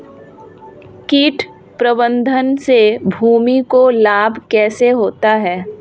कीट प्रबंधन से भूमि को लाभ कैसे होता है?